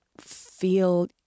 feel